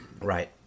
Right